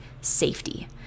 safety